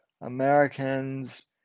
Americans